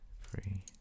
three